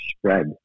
spread